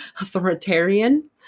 authoritarian